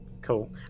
Cool